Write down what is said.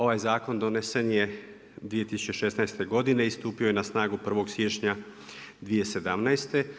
Ovaj zakon donesen je 2016. godine i stupio je na snagu 1. siječnja 2017.